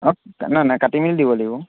অঁ নাই কাটি মেলি দিব লাগিব